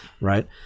right